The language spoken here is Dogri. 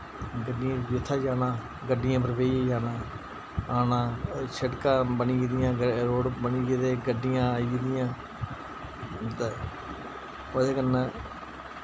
गड्डियां जुत्थै जाना गड्डियें पर बेहियै जाना आना शिड़कां बनी गेदियां रोड़ बनी गेदे गड्डियां आई गेदियां ते ओह्दे कन्नै